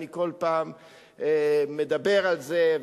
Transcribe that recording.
אני כל פעם מדבר על זה,